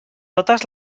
totes